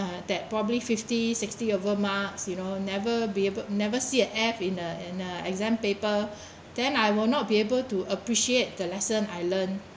that probably fifty sixty over marks you know never be able never see an F in a in a exam paper then I will not be able to appreciate the lesson I learn